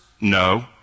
No